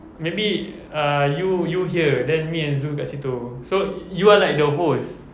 maybe uh you you here then me and zul dekat situ so you are like the host